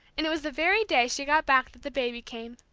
and it was the very day she got back that the baby came.